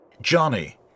Johnny